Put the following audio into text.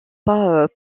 pas